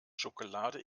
schokolade